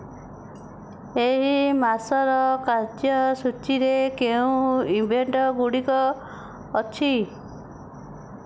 ଏହି ମାସର କାର୍ଯ୍ୟସୂଚୀରେ କେଉଁ ଇଭେଣ୍ଟ ଗୁଡ଼ିକ ଅଛି